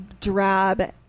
drab